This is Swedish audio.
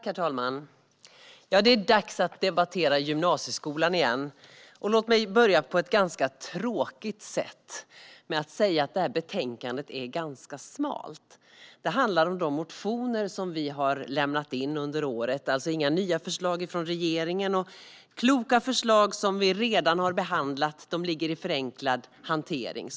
Herr talman! Det är dags att debattera gymnasieskolan igen. Låt mig börja på ett lite tråkigt sätt, nämligen genom att säga att betänkandet är ganska smalt. Det handlar om de motioner vi har lämnat in under året, så det är inga nya förslag från regeringen. Kloka förslag som vi redan har behandlat ligger i förenklad hantering.